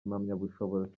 impamyabushobozi